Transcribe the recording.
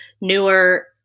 newer